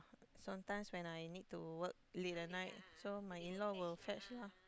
sometimes when I need to work late at night so my in law will fetch lah